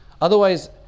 Otherwise